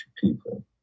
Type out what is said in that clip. people